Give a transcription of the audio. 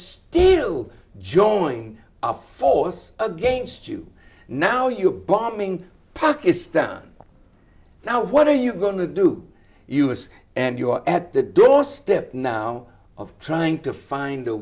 still join our force against you now you are bombing pakistan now what are you going to do us and you are at the doorstep now of trying to find a